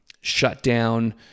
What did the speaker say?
shutdown